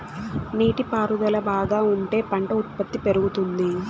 నీటి పారుదల బాగా ఉంటే పంట ఉత్పత్తి పెరుగుతుంది